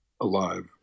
alive